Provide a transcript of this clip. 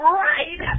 right